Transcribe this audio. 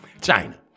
China